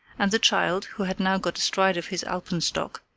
and the child, who had now got astride of his alpenstock,